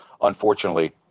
unfortunately